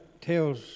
tells